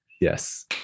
Yes